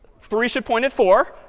three should point at four.